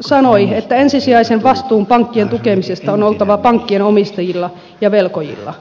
sanoi että ensisijaisen vastuun pankkien tukemisesta on oltava pankkien omistajilla ja velkojilla